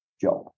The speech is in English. job